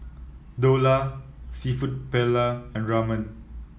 Dhokla seafood Paella and Ramen